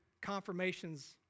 confirmations